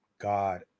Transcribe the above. God